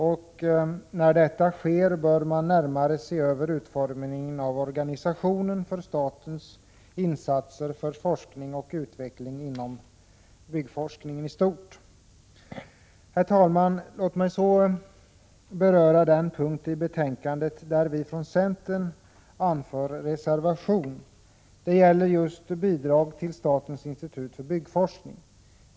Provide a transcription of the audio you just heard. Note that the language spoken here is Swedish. När detta sker, bör man närmare se över utformningen av organisationen för statens insatser för forskning och utveckling inom byggforskningen i stort. Herr talman! Låt mig så beröra den punkt i betänkandet där vi från centern anför reservation. Det gäller just bidrag till statens institut för byggforskning.